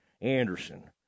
Anderson